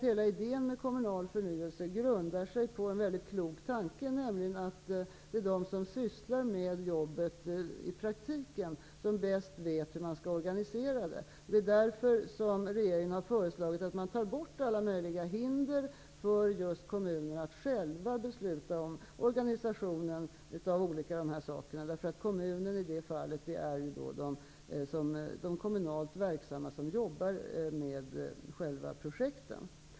Hela idén med kommunal förnyelse grundar sig på en klok tanke, nämligen att det är de som i praktiken sysslar med jobbet som bäst vet hur man skall organisera det. Det är därför som regeringen har föreslagit att man skall ta bort alla de hinder som finns för kommuner att själva besluta om organisationen. I det här fallet är kommunen de kommunalt verksamma som jobbar med själva projekten.